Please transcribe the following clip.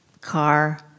car